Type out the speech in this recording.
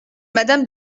madame